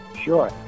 Sure